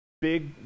big